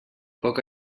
poc